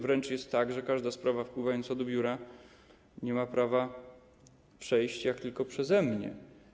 Wręcz jest tak, że każda sprawa wpływająca do biura nie ma prawa przejść inaczej jak tylko przeze mnie.